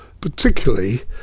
particularly